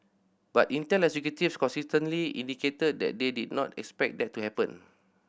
but Intel executives consistently indicated that they did not expect that to happen